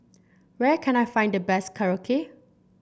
where can I find the best Korokke